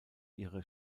ihre